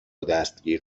دستگیر